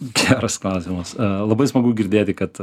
geras klausimas labai smagu girdėti kad